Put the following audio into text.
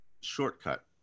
shortcut